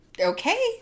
Okay